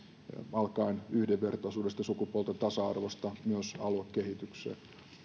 alkaen yhdenvertaisuudesta ja sukupuolten tasa arvosta myös aluekehitykseen